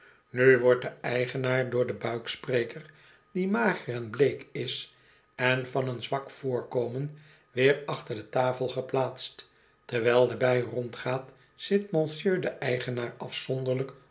nu wordt de eigenaar door den buikspreker die mager en bleek is en van een zwak voorkomen weer achter de tafel geplaatst terwijl de bij rondgaat zit monsieur de eigenaar afzonderlijk